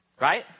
right